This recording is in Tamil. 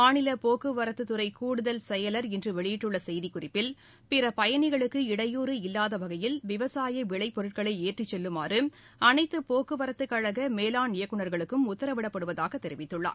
மாநில போக்குவரத்து துறை கூடுதல் செயலர் இன்று வெளியிட்டுள்ள செய்திக்குறிப்பில் பிற பயனிகளுக்கு இடையூறு இல்லாத வகையில் விவசாய விளை பொருட்களை ஏற்றிச் செல்லுமாறு அனைத்து போக்குவரத்துக் கழக மேலாண் இயக்குனர்களுக்கும் உத்தரவிடப்படுவதாக தெரிவித்துள்ளார்